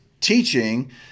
teaching